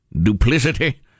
duplicity